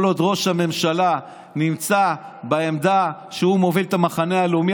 כל עוד ראש הממשלה נמצא בעמדה שהוא מוביל את המחנה הלאומי,